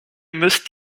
müsst